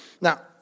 Now